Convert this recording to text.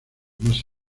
más